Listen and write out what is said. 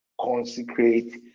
consecrate